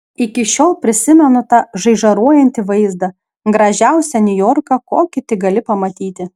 iki šiol prisimenu tą žaižaruojantį vaizdą gražiausią niujorką kokį tik gali pamatyti